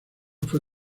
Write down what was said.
fue